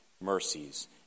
mercies